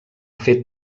fet